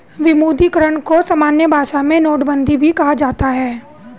विमुद्रीकरण को सामान्य भाषा में नोटबन्दी भी कहा जाता है